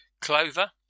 Clover